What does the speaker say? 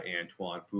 Antoine